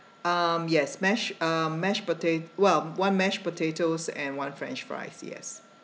um yes mash um mashed pota~ well one mashed potatoes and one french fries yes